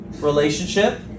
relationship